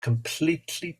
completely